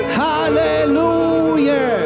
hallelujah